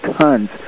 tons